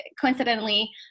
coincidentally